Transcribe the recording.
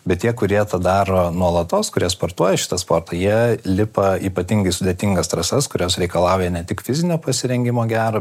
bet tie kurie tą daro nuolatos kurie sportuoja šitą sportą jie lipa ypatingai sudėtingas trasas kurios reikalauja ne tik fizinio pasirengimo gero